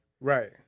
right